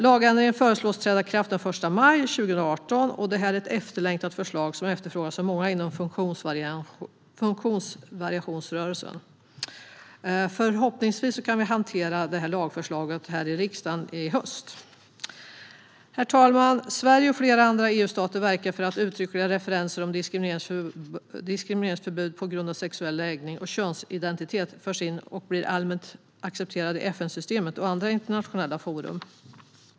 Lagändringen föreslås träda i kraft den 1 maj 2018. Det är ett efterlängtat förslag som efterfrågats av många inom funktionsvariationsrörelsen. Förhoppningsvis kan vi hantera detta lagförslag i riksdagen i höst. Herr talman! Sverige och flera andra EU-stater verkar för att uttryckliga referenser om diskrimineringsförbud på grund av sexuell läggning och könsidentitet förs in och blir allmänt accepterade i FN-systemet och i andra internationella forum.